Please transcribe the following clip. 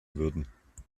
würden